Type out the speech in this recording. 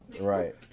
Right